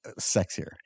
Sexier